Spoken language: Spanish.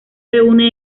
reúne